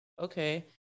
okay